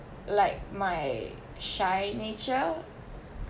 like my shy nature